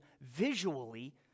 visually